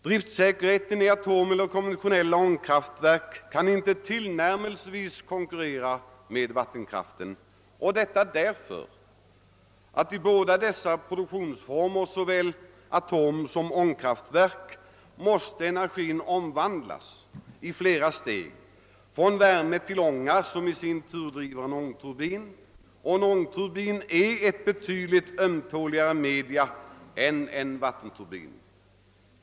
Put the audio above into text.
Driftsäkerheten i atomeller konventionella ångkraftverk kan inte tillnärmelsevis konkurrera med vattenkraften, och detta därför att i båda dessa produktionsformer, såväl atomsom ångkraftverk, måste energin omvandlas i flera steg, från värme till ånga som i sin tur driver en ångturbin, och en ångturbin är ett betydligt ömtåligare medium än en vattenturbin.